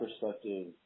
perspective